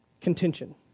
contention